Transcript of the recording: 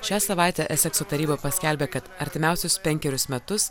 šią savaitę esekso taryba paskelbė kad artimiausius penkerius metus